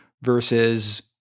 versus